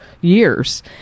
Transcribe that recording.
years